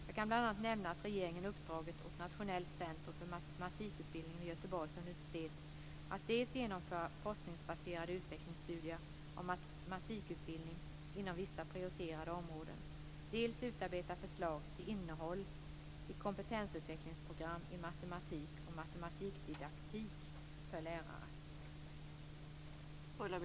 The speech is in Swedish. Jag kan bl.a. nämna att regeringen uppdragit åt Göteborgs universitet att dels genomföra forskningsbaserade utvecklingsstudier om matematikutbildning inom vissa prioriterade områden, dels utarbeta förslag till innehåll i kompetensutvecklingsprogram i matematik och matematikdidaktik för lärare.